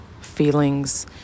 feelings